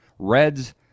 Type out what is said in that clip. Reds